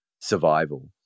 survival